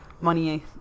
money